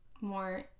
More